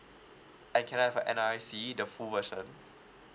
and can I have your N_R_I_C the full version